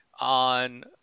on